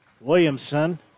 Williamson